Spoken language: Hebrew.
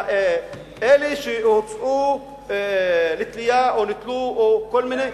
אלה שהוצאו לתלייה או נתלו או כל מיני,